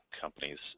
companies